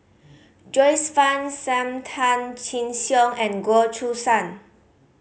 Joyce Fan Sam Tan Chin Siong and Goh Choo San